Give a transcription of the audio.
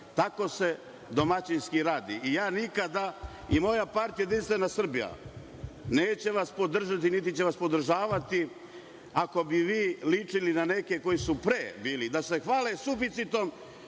Tako se domaćinski radi i ja nikada i moja partija Jedinstvena Srbija, neće vas podržati, niti će vas podržavati ako bi vi ličili na neke koji su pre bili, da se hvale suficitom.